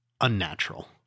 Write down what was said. unnatural